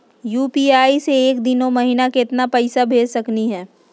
UPI स एक दिनो महिना केतना पैसा भेज सकली हे?